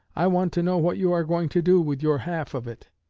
i want to know what you are going to do with your half of it?